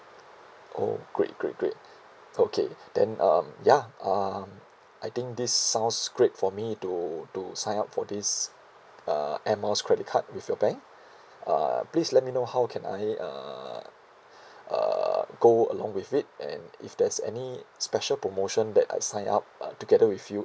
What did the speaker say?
oh great great great okay then um ya um I think this sounds great for me to to sign up for this uh air miles credit card with your bank uh please let me know how can I uh uh go along with it and if there's any special promotion that I sign up uh together with you